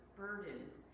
burdens